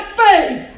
faith